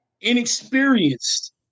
inexperienced